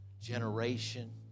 generation